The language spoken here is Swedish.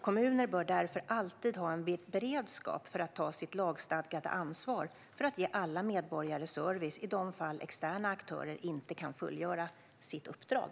Kommuner bör därför alltid ha en beredskap för att ta sitt lagstadgade ansvar för att ge alla medborgare service i de fall en extern aktör inte kan fullgöra sitt uppdrag.